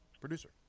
producer